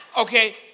Okay